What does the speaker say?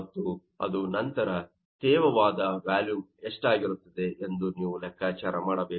ಮತ್ತು ಅದರ ನಂತರ ತೇವವಾದ ವ್ಯಾಲುಮ್ ಎಷ್ಟಾಗಿರುತ್ತದೆ ಎಂದು ನೀವು ಲೆಕ್ಕಾಚಾರ ಮಾಡಬೇಕು